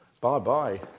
bye-bye